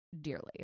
dearly